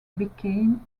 became